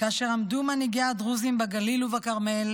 כאשר עמדו מנהיגי הדרוזים בגליל ובכרמל